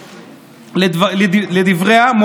לדבריה,